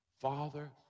Father